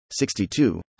62